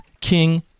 King